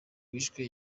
wishwe